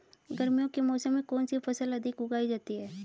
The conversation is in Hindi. गर्मियों के मौसम में कौन सी फसल अधिक उगाई जाती है?